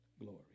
glory